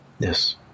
Yes